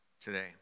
today